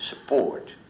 support